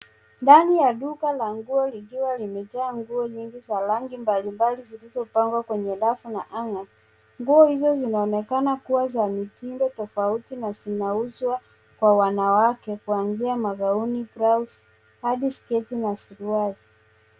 Ndani ya duka ya nguo likiwa limejaa nguo nyingi za rangi mbali mbali zilizo mpangwa kwenye rafu na hanger . Nguo hizo zinaonekana kuwa za mtindo tafauti na zinauzwa kwa wanawake kuanzia grown , blauzi hadi sketi na suruali.